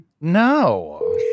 no